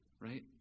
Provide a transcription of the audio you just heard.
Right